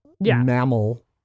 mammal